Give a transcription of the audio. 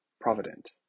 provident